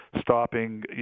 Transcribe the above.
stopping